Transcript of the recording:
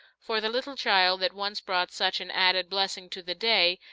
for the little child that once brought such an added blessing to the day,